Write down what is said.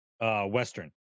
Western